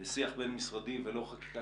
הוא משרד שמאוד חשוב